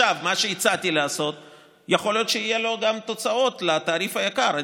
למה שהצעתי לעשות עכשיו יכול להיות שיהיו תוצאות גם לגבי התעריף היקר,